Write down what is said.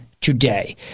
today